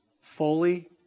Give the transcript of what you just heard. fully